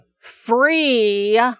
free